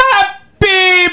Happy